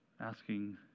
asking